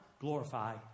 glorify